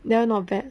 that one not bad